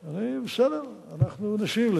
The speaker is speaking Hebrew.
בסדר, אנחנו אנשים.